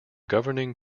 governing